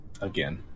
again